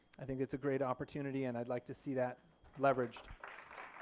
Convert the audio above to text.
i think it's a great opportunity and i'd like to see that leveraged